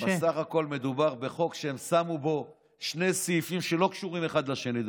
בסך הכול מדובר בחוק שהם שמו בו שני סעיפים שלא קשורים אחד לשני,